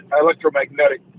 electromagnetic